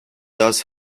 does